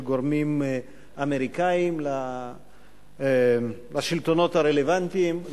גורמים אמריקניים לשלטונות הרלוונטיים.